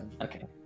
Okay